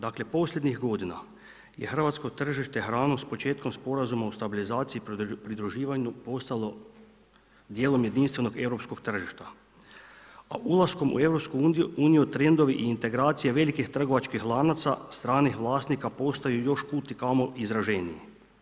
Dakle posljednjih godina je hrvatsko tržište hranom s početkom Sporazuma o stabilizaciji i pridruživanju postalo dijelom jedinstvenog europskog tržišta, a ulaskom u EU trendovi i integracije velikih trgovačkih lanaca stranih vlasnika postaju još kud i kamo izraženiji.